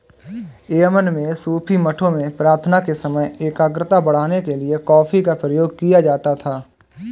Yemen में सूफी मठों में प्रार्थना के समय एकाग्रता बढ़ाने के लिए कॉफी का प्रयोग किया जाता था